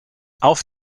auf